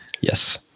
yes